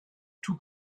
tout